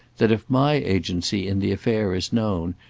that if my agency in the affair is known,